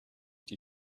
die